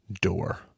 door